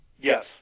Yes